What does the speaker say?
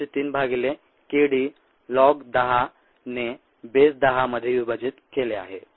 303 भागीले k d log 10 ने base 10 मध्ये विभाजित केले आहे